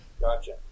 Gotcha